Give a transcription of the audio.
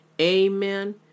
Amen